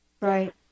Right